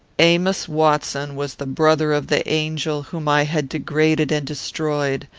amos watson was the brother of the angel whom i had degraded and destroyed.